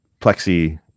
Plexi